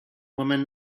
woman